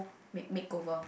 make makeover